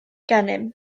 gennym